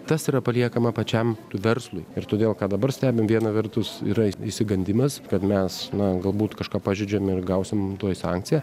tas yra paliekama pačiam verslui ir todėl ką dabar stebim viena vertus yra isigandimas kad mes na galbūt kažką pažeidžiam ir gausim tuoj sankciją